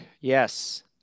Yes